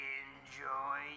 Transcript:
enjoy